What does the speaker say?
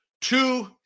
Two